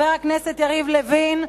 חבר הכנסת יריב לוין,